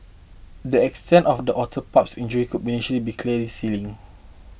the extent of the otter pup's injury could initially be clearly seen